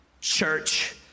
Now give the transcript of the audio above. church